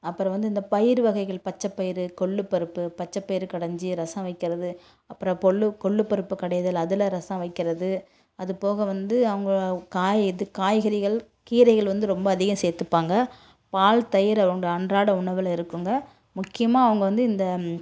அப்பறம் வந்து இந்த பயிறு வகைகள் பச்சைப்பயிறு கொள்ளுப்பருப்பு பச்சைப்பயிறு கடைஞ்சி ரசம் வைக்கறது அப்புறம் பொள்ளு கொள்ளுப்பருப்பு கடைதல் அதில் ரசம் வைக்கறது அது போக வந்து அவங்க காய் இது காய்கறிகள் கீரைகள் வந்து ரொம்ப அதிகம் சேர்த்துப்பாங்க பால் தயிர் அவங்க அன்றாட உணவில் இருக்குங்க முக்கியமாக அவங்க வந்து இந்த